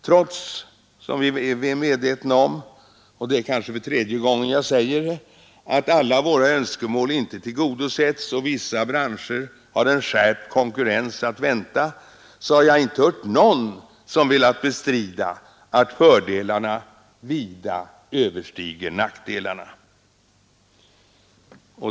Trots att vi är medvetna om — det är nu kanske tredje gången jag säger det att alla våra önskemål inte tillgodosetts och att vissa branscher har en skärpt konkurrens att vänta har jag inte hört någon som velat bestrida att fördelarna vida överstiger nackdelarna.